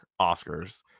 Oscars